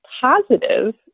positive